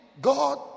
God